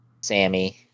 Sammy